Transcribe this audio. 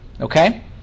Okay